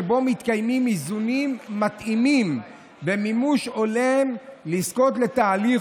שבו מתקיימים איזונים מתאימים ומימוש הולם לזכות להליך